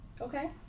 Okay